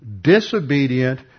disobedient